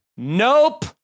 nope